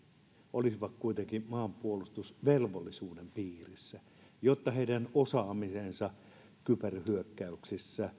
olisivat kuitenkin maanpuolustusvelvollisuuden piirissä jotta heidän osaamisensa kyberhyökkäyksissä